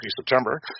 September